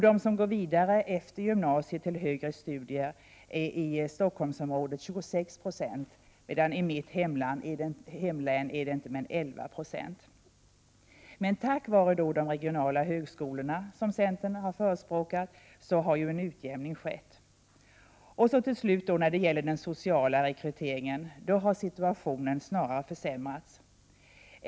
De som går vidare efter gymnasiet till högre studier är i Stockholmsområdet 26 20, medan det i mitt hemlän inte är mer än 11 26. Tack vare de regionala högskolorna, som centern har förespråkat, har en utjämning skett. När det gäller den sociala rekryteringen har situationen snarare försämrats.